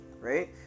right